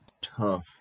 tough